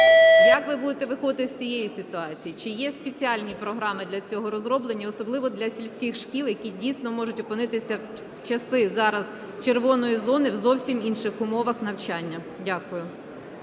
Як ви будете виходити з цієї ситуації? Чи є спеціальні програми для цього розроблені, особливо для сільських шкіл, які дійсно можуть опинитися в часи зараз "червоної" зони в зовсім інших умовах навчання? Дякую.